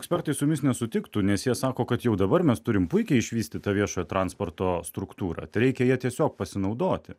ekspertai su jumis nesutiktų nes jie sako kad jau dabar mes turim puikiai išvystytą viešojo transporto struktūrą tereikia ja tiesiog pasinaudoti